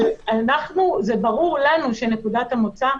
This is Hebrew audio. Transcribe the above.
אבל ברור לנו שנקודת המוצא,